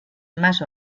más